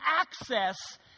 access